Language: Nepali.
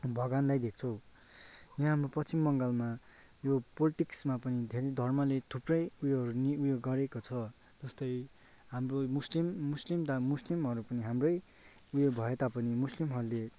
भगवान्लाई देख्छौँ याँ हामी पश्चिम बङ्गालमा यो पोलिटिक्समा पनि धेरै धर्मले थुप्रै उयोहरू नि उयो गरेको छ जस्तै हाम्रो मुस्लिम मुस्लिम दा मुस्लिमहरू पनि हाम्रै उयो भए तापनि मुस्लिमहरूले